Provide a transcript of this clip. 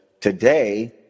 Today